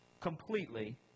completely